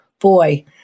boy